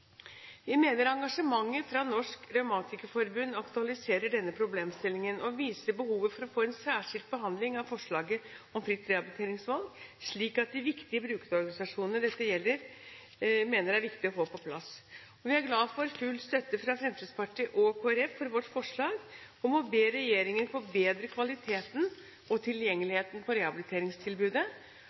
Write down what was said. Vi mener engasjementet fra Norsk Revmatikerforbund aktualiserer denne problemstillingen og viser behovet for å få en særskilt behandling av forslaget om fritt rehabiliteringsvalg, slik en av de viktige brukerorganisasjonene dette gjelder, mener er viktig å få på plass. Vi er glad for full støtte fra Fremskrittspartiet og Kristelig Folkeparti for vårt forslag om å be regjeringen forbedre kvaliteten og tilgjengeligheten på rehabiliteringstilbudet